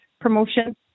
promotion